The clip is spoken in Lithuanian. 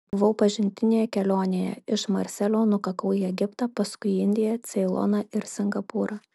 buvau pažintinėje kelionėje iš marselio nukakau į egiptą paskui į indiją ceiloną ir singapūrą